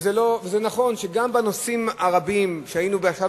וזה נכון גם בנושאים הרבים, היינו עכשיו